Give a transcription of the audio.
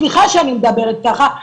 סליחה שאני מדברת ככה,